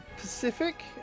pacific